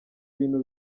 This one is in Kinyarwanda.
bintu